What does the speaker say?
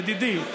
ידידי,